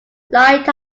light